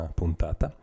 puntata